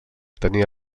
tenia